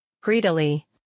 Greedily